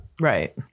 Right